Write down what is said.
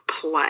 Play